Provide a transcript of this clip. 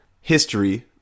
history